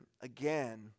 Again